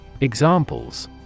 Examples